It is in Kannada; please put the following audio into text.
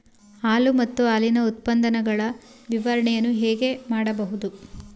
ಹಾಲು ಮತ್ತು ಹಾಲಿನ ಉತ್ಪನ್ನಗಳ ನಿರ್ವಹಣೆಯನ್ನು ಹೇಗೆ ಮಾಡಬಹುದು?